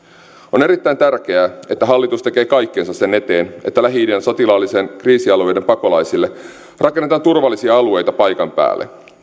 on erittäin tärkeää että hallitus tekee kaikkensa sen eteen että lähi idän sotilaallisten kriisialueiden pakolaisille rakennetaan turvallisia alueita paikan päälle